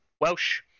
Welsh